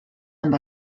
amb